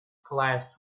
classed